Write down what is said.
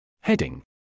Heading